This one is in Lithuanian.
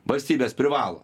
valstybės privalo